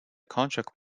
contract